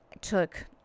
took